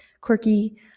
quirky